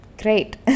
great